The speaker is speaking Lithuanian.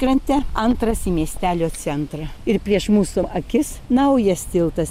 krante antras į miestelio centrą ir prieš mūsų akis naujas tiltas